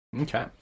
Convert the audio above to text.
Okay